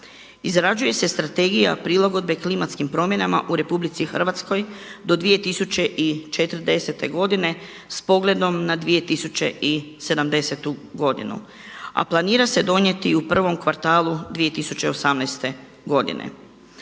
Izrađuje se strategija prilagodbe klimatskim promjenama u RH do 2040. godine s pogledom na 2070 godinu a planira se donijeti i u prvom kvartalu 2018. godine.